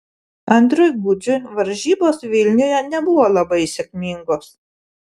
andriui gudžiui varžybos vilniuje nebuvo labai sėkmingos